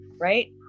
right